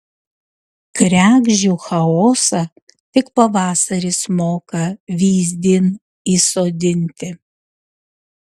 kregždžių chaosą tik pavasaris moka vyzdin įsodinti